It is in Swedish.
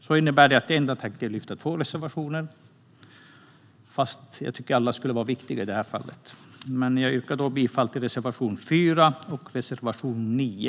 Det innebär att jag tänker lyfta fram endast två reservationer även om jag tycker att alla våra reservationer är viktiga i det här fallet. Jag yrkar bifall till reservationerna 4 och 9.